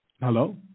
Hello